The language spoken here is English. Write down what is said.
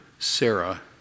Sarah